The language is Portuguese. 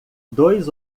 dois